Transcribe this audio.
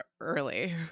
early